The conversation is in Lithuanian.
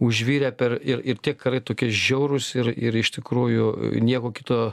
užvirė per ir ir tie karai tokie žiaurūs ir ir iš tikrųjų nieko kito